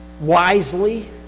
wisely